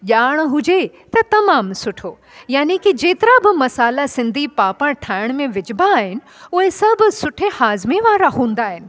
ॼाण हुजे त तमामु सुठो याने की जेतिरा बि मसाल्हा सिंधी पापड़ ठाहिण में विझॿा आहिनि उहे सभु सुठे हाज़मे वारा हूंदा आहिनि